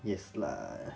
yes lah